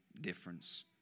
difference